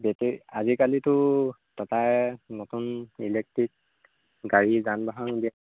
battery আজিকালিতো টাটায়ে নতুন ইলেক্ট্ৰিক গাড়ী যান বাহন ওলীয়া